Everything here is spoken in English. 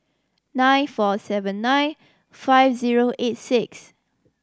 nine four seven nine five zero eight six